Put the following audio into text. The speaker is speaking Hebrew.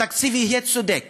התקציב יהיה צודק